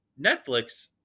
Netflix